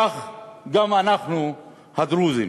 כך גם אנחנו הדרוזים.